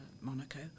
Monaco